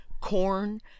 corn